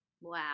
Wow